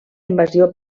invasió